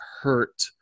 hurt